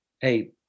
Hey